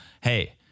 hey